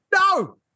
No